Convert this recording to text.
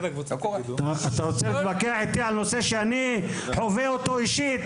אתה רוצה להתווכח איתי על נושא שאני חווה אותו אישית.